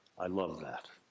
i loved that.